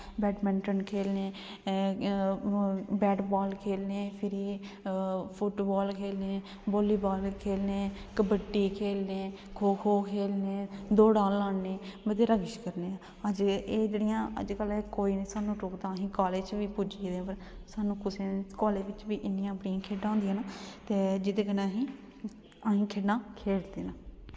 badminton खेलने bat ball खेलने फिरी फुटबॉल खेलने वॉलीबॉल खेलने कबड्डी खेलने खो खो खेलने दौड़ा लान्ने बथ्हेरा किश करने एह् जेह्ड़ियां अज्ज कल कोई निं सानूं रोकदा असें कॉलेज च बी पुज्जी गेदे न पर सानूं कुसै ने निं कॉलेज बिच बी इ'न्नियां बड़ियां खेढां होंदियां न ते जेह्दे कन्नै असें ई अहीं खेलां खेलदे न